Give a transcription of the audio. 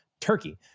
turkey